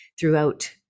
throughout